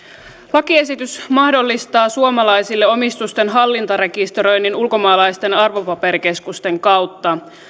lakiesitys mahdollistaa suomalaisille omistusten hallintarekisteröinnin ulkomaalaisten arvopaperikeskusten kautta